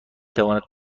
تواند